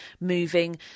moving